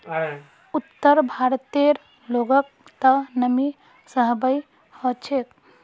उत्तर भारतेर लोगक त नमी सहबइ ह छेक